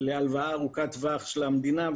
להלוואה ארוכת טווח של המדינה,